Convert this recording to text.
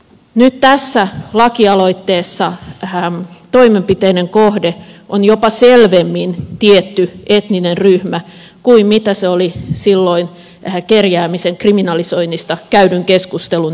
nyt tässä lakialoitteessa toimenpiteiden kohde on jopa selvemmin tietty etninen ryhmä kuin oli silloin kerjäämisen kriminalisoinnista käydyn keskustelun yhteydessä